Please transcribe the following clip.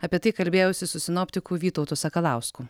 apie tai kalbėjausi su sinoptikų vytautu sakalausku